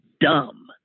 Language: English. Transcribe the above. dumb